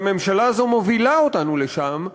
והממשלה הזאת מובילה אותנו לשם,